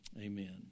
Amen